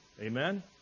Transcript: Amen